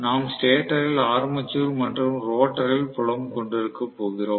நாம் ஸ்டேட்டரில் ஆர்மேச்சர் மற்றும் ரோட்டாரில் புலம் கொண்டிருக்கப் போகிறோம்